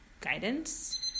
guidance